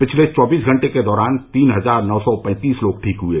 पिछले चौबीस घंटे के दौरान तीन हजार नौ सौ पैंतीस लोग ठीक हुए